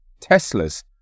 Teslas